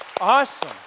awesome